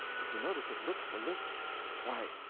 if you notice, it looks a lit why,